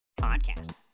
Podcast